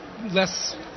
less